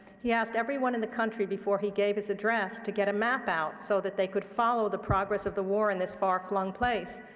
he asked everyone in the country before he gave his address to get a map out so that they could follow the progress of the war in this far-flung place.